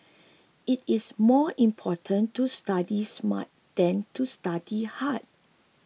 it is more important to study smart than to study hard